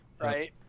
right